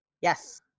Yes